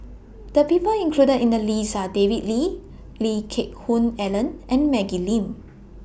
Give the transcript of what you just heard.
The People included in The list Are David Lee Lee Geck Hoon Ellen and Maggie Lim